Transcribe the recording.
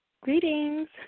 Greetings